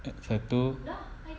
satu